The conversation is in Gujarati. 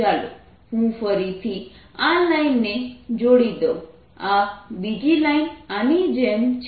ચાલો હું ફરીથી આ લાઈનને જોડી દઉં આ બીજી લાઇન આની જેમ છે